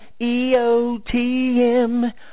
EOTM